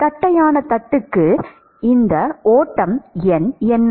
தட்டையான தட்டுக்கு இது என்ன